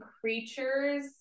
creatures